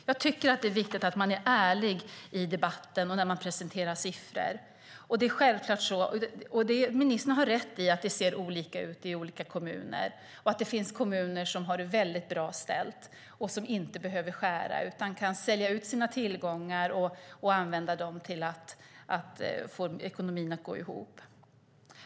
Jag tycker att det är viktigt att man är ärlig i debatten och när man presenterar siffror. Ministern har rätt i att det ser olika ut i olika kommuner och att det finns kommuner som har det väldigt bra ställt och inte behöver skära utan kan sälja ut sina tillgångar och använda pengarna till att få ekonomin att gå ihop.